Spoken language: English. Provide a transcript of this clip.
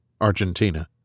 Argentina